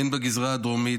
הן בגזרה הדרומית,